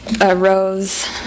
arose